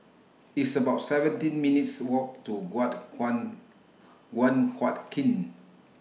It's about seventeen minutes' Walk to What Kuan Guan Huat Kiln